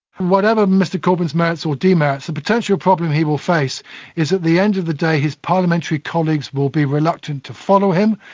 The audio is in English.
whatever mr corbyn's merits or demerits, the potential problem he will face is that at the end of the day his parliamentary colleagues will be reluctant to follow him.